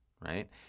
right